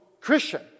Christian